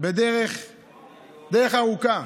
בדרך ארוכה,